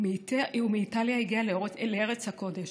ומאיטליה הגיעה לארץ הקודש.